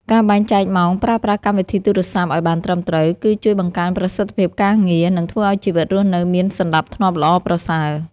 ការបែងចែកម៉ោងប្រើប្រាស់កម្មវិធីទូរសព្ទឱ្យបានត្រឹមត្រូវ គឺ ជួយបង្កើនប្រសិទ្ធភាពការងារ និង ធ្វើឱ្យជីវិតរស់នៅមានសណ្ដាប់ធ្នាប់ល្អប្រសើរ។